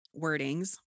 wordings